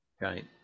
Right